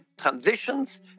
transitions